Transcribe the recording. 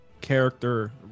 character